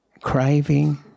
craving